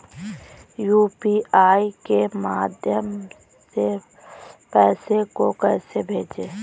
UPI के माध्यम से पैसे को कैसे भेजें?